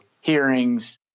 hearings